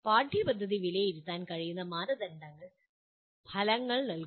പാഠ്യപദ്ധതി വിലയിരുത്താൻ കഴിയുന്ന മാനദണ്ഡങ്ങൾ ഫലങ്ങൾ നൽകുന്നു